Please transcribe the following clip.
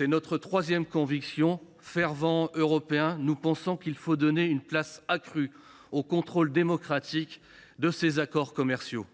de notre troisième ligne de force : fervents Européens, nous pensons qu’il faut donner une place accrue au contrôle démocratique de ces accords commerciaux.